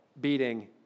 beating